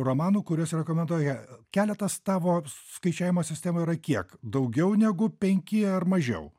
romanų kuriuos rekomenduoja keletas tavo skaičiavimo sistemoj yra kiek daugiau negu penki ar mažiau